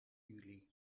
juli